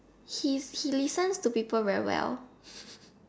he's he listens to people very well